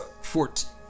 Fourteen